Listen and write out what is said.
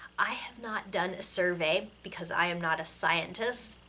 i have not done a survey because i am not a scientist.